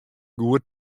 goed